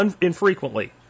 infrequently